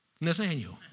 Nathaniel